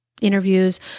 interviews